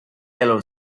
yellow